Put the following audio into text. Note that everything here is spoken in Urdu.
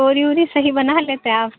پوری ووری صحیح بنا لیتے ہیں آپ